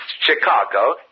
Chicago